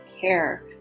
care